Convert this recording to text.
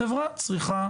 החברה צריכה